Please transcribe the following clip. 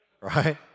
Right